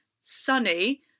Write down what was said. sunny